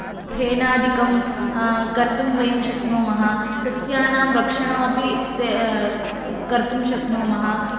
फेनादिकं कर्तुं वयं शक्नुमः सस्यानां रक्षणं अपि ते कर्तुं शक्नुमः